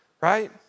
right